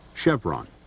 chevron.